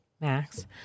Max